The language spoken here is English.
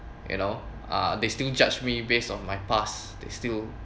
you know uh they still judged me based on my past they still